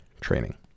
training